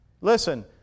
Listen